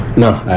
no,